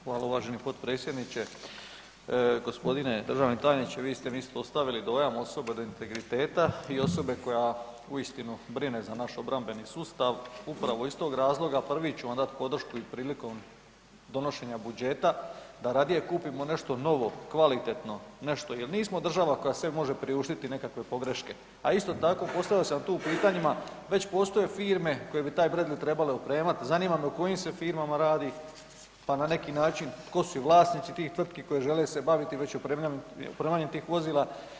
Hvala uvaženi potpredsjedniče. g. državni tajniče, vi ste mi ostavili dojam osobe od integriteta i osobe koja uistinu brine za naš obrambeni sustav upravo iz tog razloga, prvi ću vam dat podršku i prilikom donošenja budžeta, da radije kupimo nešto novo, kvalitetno nešto jer nismo država koja sebi može priuštiti nekakve pogreške a isto tako postavio sam tu u pitanjima, već postoje firme koje bi taj Bradley trebale opremat, zanima me o kojim se firmama radi pa na neki način tko su i vlasnici tih tvrtki koje žele se baviti već opremanjem tih vozila.